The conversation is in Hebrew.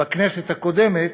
בכנסת הקודמת,